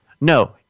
No